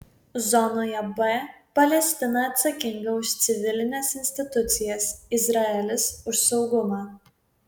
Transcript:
zonoje b palestina atsakinga už civilines institucijas izraelis už saugumą